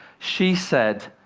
she said,